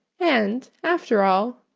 and, after all,